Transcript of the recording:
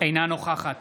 אינה נוכחת